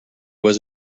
was